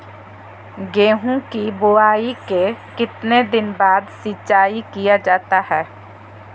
गेंहू की बोआई के कितने दिन बाद सिंचाई किया जाता है?